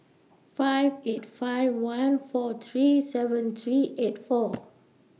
five eight five one four three seven three eight four